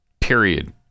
Period